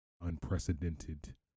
unprecedented